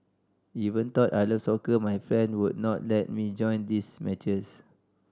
even though I love soccer my friend would not let me join their matches